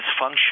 dysfunction